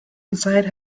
inside